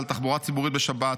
על תחבורה ציבורית בשבת,